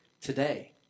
today